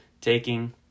taking